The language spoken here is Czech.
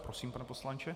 Prosím, pane poslanče.